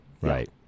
right